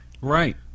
Right